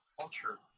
culture